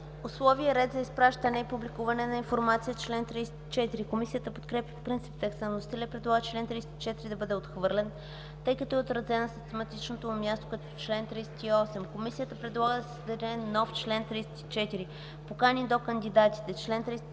„Условия и ред за изпращане и публикуване на информация” – чл. 34. Комисията подкрепя по принцип текста на вносителя и предлага чл. 34 да бъде отхвърлен, тъй като е отразен на систематичното му място като чл. 38. Комисията предлага да се създаде нов чл. 34: „Покани до кандидатите Чл. 34.